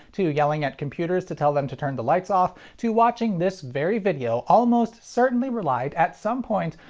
to yelling at computers to tell them to turn the lights off, to watching this very video almost certainly relied, at some point,